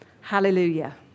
hallelujah